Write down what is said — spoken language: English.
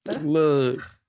Look